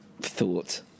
thought